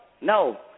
No